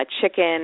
chicken